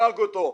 הרג אותו.